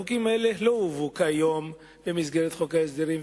החוקים האלה לא הובאו כיום במסגרת חוק ההסדרים,